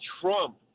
Trump